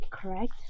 Correct